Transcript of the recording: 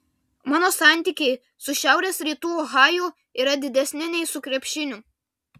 mano santykiai su šiaurės rytų ohaju yra didesni nei su krepšiniu